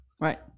Right